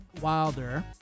Wilder